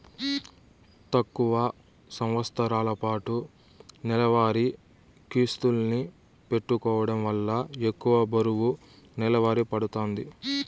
తక్కువ సంవస్తరాలపాటు నెలవారీ కిస్తుల్ని పెట్టుకోవడం వల్ల ఎక్కువ బరువు నెలవారీ పడతాంది